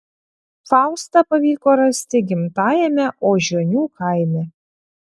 faustą pavyko rasti gimtajame ožionių kaime